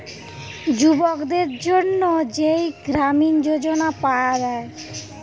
যুবকদের জন্যে যেই গ্রামীণ যোজনা পায়া যায়